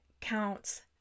counts